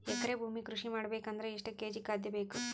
ಎಕರೆ ಭೂಮಿ ಕೃಷಿ ಮಾಡಬೇಕು ಅಂದ್ರ ಎಷ್ಟ ಕೇಜಿ ಖಾದ್ಯ ಬೇಕು?